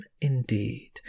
indeed